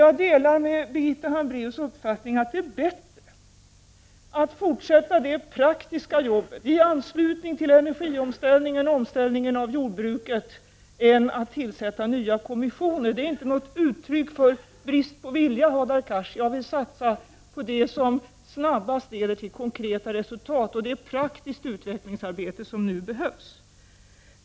Jag delar med Birgitta Hambraeus uppfattningen att det är bättre att arbeta praktiskt i anslutning till energiomställningen, omställningen i jordbruket, än att tillsätta ytterligare kommissioner. Detta är inte uttryck för en bristande vilja, Hadar Cars. Jag vill satsa på det som snabbast leder till konkreta resultat. Nu är det praktiskt utvecklingsarbete som behövs.